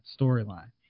storyline